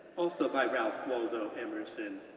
also by ralph waldo emerson,